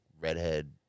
redhead